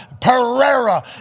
Pereira